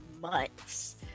months